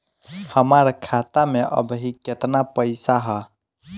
हमार खाता मे अबही केतना पैसा ह?